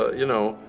you know,